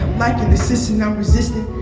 like and this is non-resistant.